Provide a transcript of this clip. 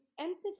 empathy